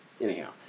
Anyhow